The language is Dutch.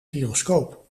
gyroscoop